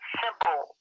simple